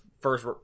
first